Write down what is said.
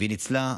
והיא ניצלה.